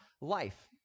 life